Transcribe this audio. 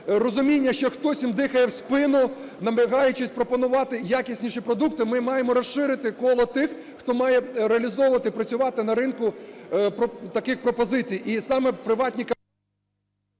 розуміння, що хтось їм дихає в спину, намагаючись пропонувати якісніші продукти, ми маємо розширити коло тих, хто має реалізовувати, працювати на ринку таких пропозицій.